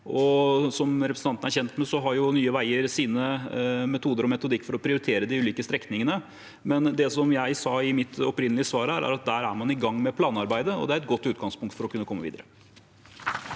som representanten er kjent med, har Nye veier sine metoder og sin metodikk for å prioritere de ulike strekningene. Men det som jeg sa i mitt opprinnelige svar her, er at der er man i gang med planarbeidet, og det er et godt utgangspunkt for å kunne komme videre.